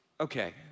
okay